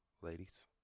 Ladies